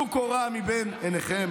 טלו קורה מבין עיניכם.